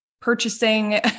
purchasing